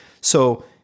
So-